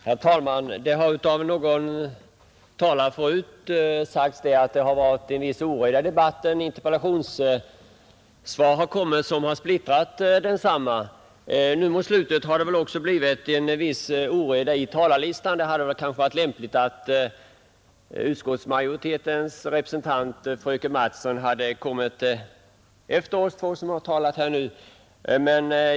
Herr talman! En tidigare talare sade att det har rått en viss oreda i debatten och att de interpellationssvar som lämnats har verkat splittrande. Mot slutet har det också blivit en viss oreda i talarlistan. Det hade kanske varit lämpligt att utskottsmajoritetens representant fröken Mattson hade tagit till orda efter de två senaste talarna.